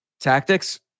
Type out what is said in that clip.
tactics